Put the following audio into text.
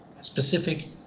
specific